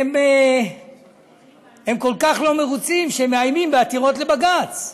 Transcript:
הם כל כך לא מרוצים, שהם מאיימים בעתירות לבג"ץ,